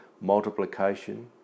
multiplication